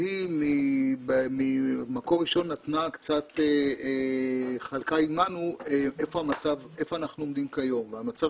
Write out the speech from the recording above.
היא ממקור ראשון חלקה עמנו היכן אנחנו עומדים כיום והמצב